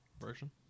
Version